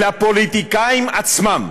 לפוליטיקאים עצמם.